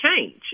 change